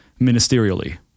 ministerially